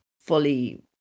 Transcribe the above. fully